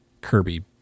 Kirby